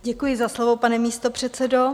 Děkuji za slovo, pane místopředsedo.